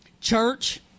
Church